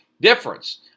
difference